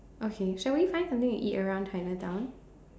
okay shall we find something to eat around Chinatown